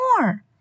more